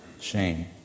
shame